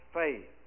faith